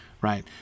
Right